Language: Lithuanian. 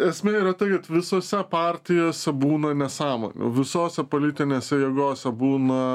esmė yra tai kad visose partijose būna nesamonių visose politinėse jėgose būna